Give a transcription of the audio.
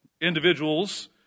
individuals